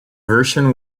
version